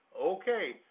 okay